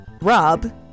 Rob